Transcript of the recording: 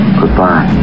Goodbye